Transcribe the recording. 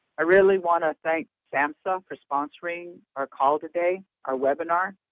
i really want to thank samhsa for sponsoring our call today, our webinar.